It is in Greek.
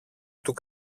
του